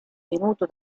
venuto